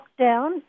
lockdown